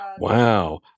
wow